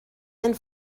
and